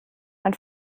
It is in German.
mein